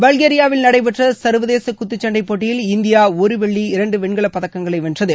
பல்கேரியாவில் நடைபெற்ற சன்வதேச குத்துச்சண்டை போட்டியில் இந்தியா ஒரு வெள்ளி இரண்டு வெண்கல பதக்கங்களை வென்றது